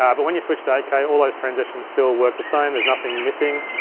um but when you switch to eight k, all those transitions still work the same. there's nothing missing.